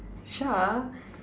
Shah